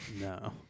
no